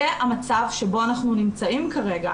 זה המצב שבו אנחנו נמצאים כרגע.